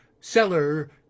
seller